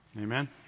Amen